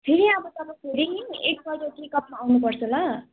फेरि अब तपाईँ फेरि नि एकपल्ट चेकअपमा आउनुपर्छ ल